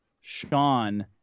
Sean